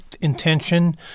intention